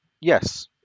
Yes